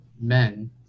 men